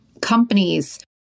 companies